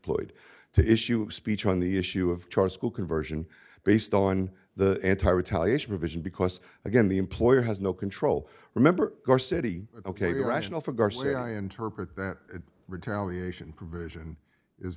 ploy to issue a speech on the issue of charter school conversion based on the anti retaliation revision because again the employer has no control remember your city ok rational for garcia i interpret that retaliation provision is